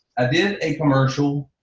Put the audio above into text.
i did a commercial,